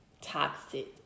Toxic